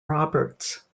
roberts